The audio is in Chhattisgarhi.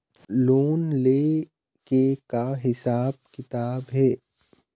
लोन ले के का हिसाब किताब हे?